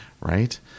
right